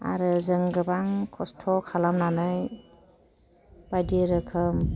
आरो जों गोबां खस्थ' खालामनानै बायदि रोखोम